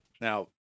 Now